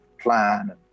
plan